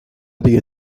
the